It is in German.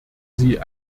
sie